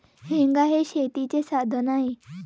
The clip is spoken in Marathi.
हेंगा हे शेतीचे साधन आहे